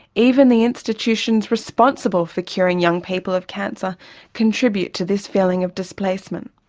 even the institutions responsible for curing young people of cancer contribute to this feeling of displacement.